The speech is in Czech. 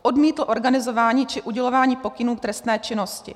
Odmítl organizování či udělování pokynů k trestné činnosti.